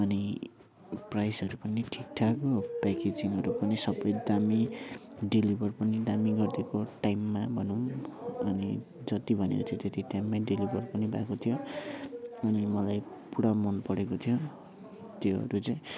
अनि प्राइसहरू पनि ठिकठाक हो प्याकेजिङहरू पनि सबै दामी डेलिभर पनि दामी गरिदिएको टाइममा भनौँ अनि जति भनेको थियो त्यति टाइममै डेलिभर पनि भएको थियो अनि मलाई पुरा मन परेको थियो त्योहरू चाहिँ